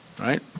right